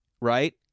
Right